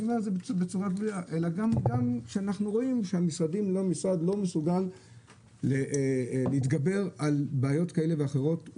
אלא גם כשאנחנו רואים שהמשרד לא יודע להתגבר על בעיות כאלה ואחרות.